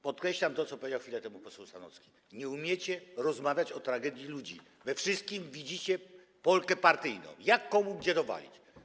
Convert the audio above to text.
Podkreślam to, co powiedział chwilę temu poseł Sanocki: nie umiecie rozmawiać o tragedii ludzi, we wszystkim widzicie polkę partyjną, jak, komu, gdzie dowalić.